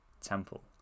temple